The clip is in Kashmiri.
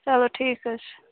چلو ٹھیٖک حظ چھُ